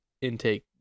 intake